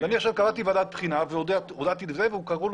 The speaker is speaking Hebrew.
אני עכשיו קבעתי ועדת בחינה וקראו לו